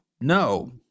No